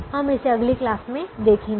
हम इसे अगली क्लास में देखेंगे